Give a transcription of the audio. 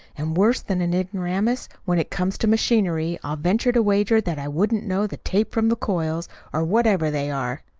and worse than an ignoramus, when it comes to machinery. i'll venture to wager that i wouldn't know the tape from the coils or whatever they are.